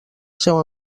seu